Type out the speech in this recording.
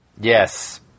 Yes